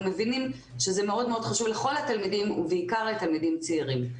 מבינים שזה מאוד מאוד חשוב לכל התלמידים ובעיקר לתלמידים צעירים.